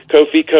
Kofi